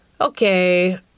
okay